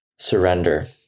surrender